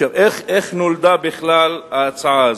איך נולדה בכלל ההצעה הזאת?